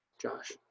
Josh